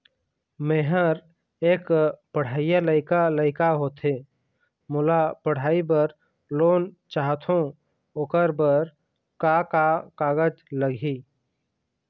मेहर एक पढ़इया लइका लइका होथे मोला पढ़ई बर लोन चाहथों ओकर बर का का कागज लगही?